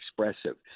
expressive